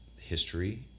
history